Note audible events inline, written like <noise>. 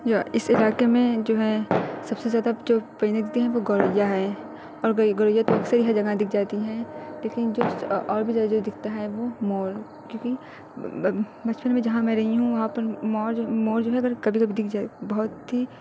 یا اس علاقے میں جو ہے سب سے زیادہ جو پرندے ہیں وہ گوریا ہے اور گوریا تو اکثر ہی جگہ دکھ جاتی ہیں کیونکہ جو اس اور بھی جگہ دکھتا ہے وہ مور کیونکہ بچپن میں جہاں میں رہی ہوں وہاں پر مور مور جو ہے <unintelligible> کبھی کبھی دکھ جا بہت ہی